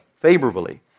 favorably